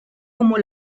como